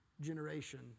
generation